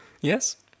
yes